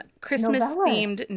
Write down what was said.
Christmas-themed